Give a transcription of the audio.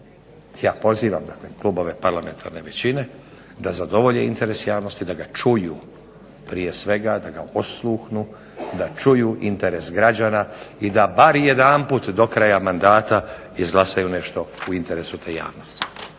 Ja pozivam dakle klubove parlamentarne većine da zadovolje interes javnosti, da ga čuju prije svega, da ga osluhnu, da čuju interes građana i da bar jedanput do kraja mandata izglasaju nešto u interesu te javnosti.